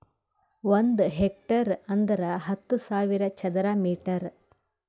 ಒಂದ್ ಹೆಕ್ಟೇರ್ ಅಂದರ ಹತ್ತು ಸಾವಿರ ಚದರ ಮೀಟರ್